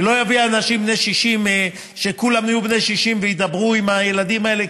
אני לא אביא אנשים שכולם יהיו בני 60 וידברו עם הילדים האלה,